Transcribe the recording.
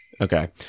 Okay